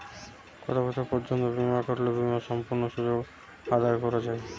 কত বছর পর্যন্ত বিমা করলে বিমার সম্পূর্ণ সুযোগ আদায় করা য়ায়?